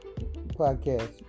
podcast